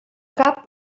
cap